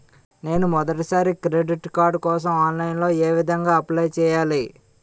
నేను మొదటిసారి credit card కోసం ఆన్లైన్ లో ఏ విధంగా అప్లై చేయాలి?